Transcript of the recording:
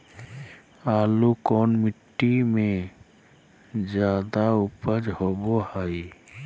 आलू कौन मिट्टी में जादा ऊपज होबो हाय?